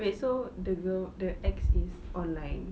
wait so the girl the ex is online